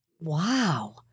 Wow